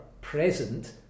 present